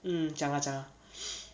mm 讲 lah 讲 lah